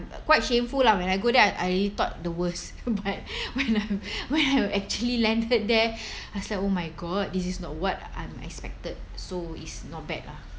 quite shameful lah when I go there I I thought the worst but when I when I'm actually landed there I was like oh my god this is not what I'm expected so it's not bad lah